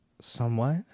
somewhat